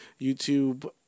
YouTube